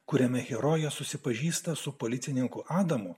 kuriame herojė susipažįsta su policininkų adomu